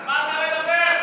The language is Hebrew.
תתבייש.